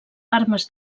armes